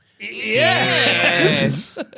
Yes